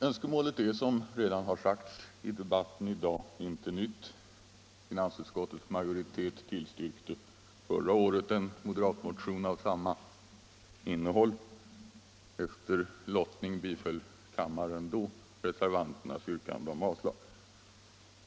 Önskemålet är, som redan sagts i debatten i dag, inte nytt. Finansutskottets majoritet tillstyrkte förra året en moderatmotion av samma innehåll. Efter lottning biföll kammaren då reservanternas yrkande om avslag.